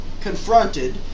confronted